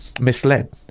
misled